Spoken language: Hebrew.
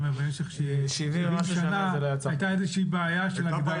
אם במשך 70 שנה הייתה איזה שהיא בעיה של הגדרה?